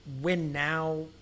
win-now